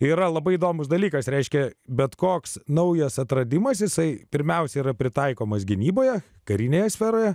yra labai įdomus dalykas reiškia bet koks naujas atradimas jisai pirmiausia yra pritaikomas gynyboje karinėje sferoje